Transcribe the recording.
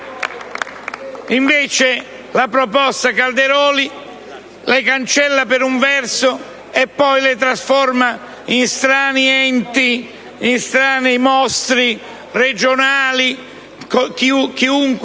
Invece, la proposta Calderoli le cancella per un verso e poi le trasforma in strani enti, in strani mostri regionali. Chi